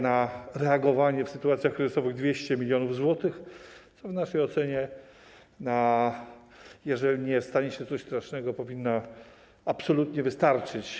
Na reagowanie w sytuacjach kryzysowych zostaje 200 mln zł, co w naszej ocenie, jeżeli nie stanie się coś strasznego, powinno absolutnie wystarczyć.